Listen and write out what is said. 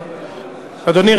אדוני,